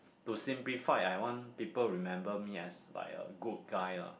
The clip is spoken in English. to simplified I want people remember me as like a good guy lah